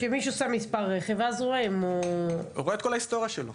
כשמישהו שם את מספר הרכב --- הוא רואה את כל ההיסטוריה שלו.